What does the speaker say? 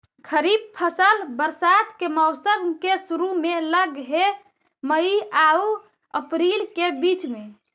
खरीफ फसल बरसात के मौसम के शुरु में लग हे, मई आऊ अपरील के बीच में